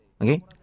Okay